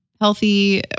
healthy